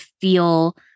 feel